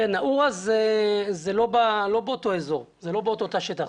נאעורה זה לא באותו אזור, זה לא באותו תא שטח.